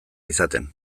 izaten